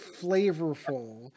flavorful